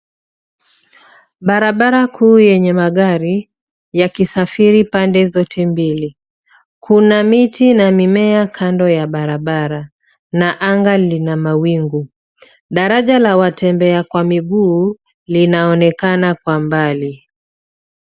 Barabara kuu yenye magari yakisafiri pande zote mbili. Kuna miti na mimea zote za barabara na anga lina mawingu. Daraja la watembea kwa miguu linaonekana kwa mbali.